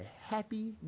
happy